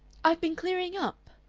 i've been clearing up,